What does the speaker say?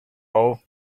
all